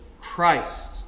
Christ